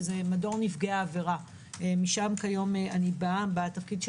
נפגעי העבירה משם אני באה בתפקידי